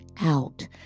out